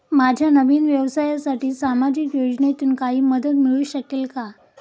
माझ्या नवीन व्यवसायासाठी सामाजिक योजनेतून काही मदत मिळू शकेल का?